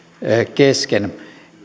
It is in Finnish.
kesken